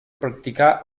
practicar